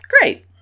great